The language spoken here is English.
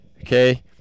Okay